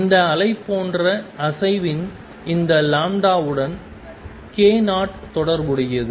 இந்த அலைபோன்ற அசைவின் இந்த லாம்ப்டாவுடன் k நாட் தொடர்புடையது